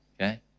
Okay